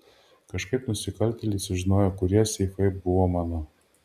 kažkaip nusikaltėliai sužinojo kurie seifai buvo mano